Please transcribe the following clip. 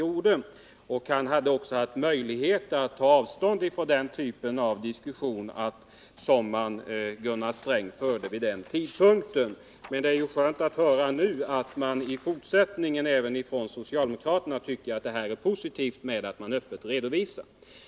Olle Svensson hade också haft möjlighet att ta avstånd från den typ av diskussion som Gunnar Sträng förde vid den tidpunkt jag nämnde. Men det är ändå skönt att få höra att i fortsättningen även socialdemokra terna tycker det är positivt att regeringarna öppet redovisar sina aktieinnehav.